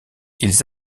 ils